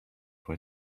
for